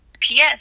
PS